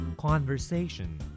Conversation